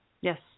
Yes